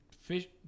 fish